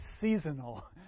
seasonal